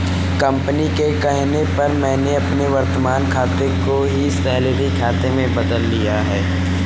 company के कहने पर मैंने अपने वर्तमान खाते को ही सैलरी खाते में बदल लिया है